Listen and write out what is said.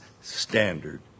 standard